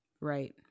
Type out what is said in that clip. Right